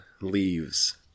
leaves